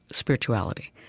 spirituality.